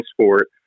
sport